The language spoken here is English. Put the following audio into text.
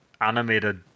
animated